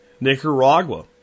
Nicaragua